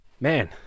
Man